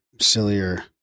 sillier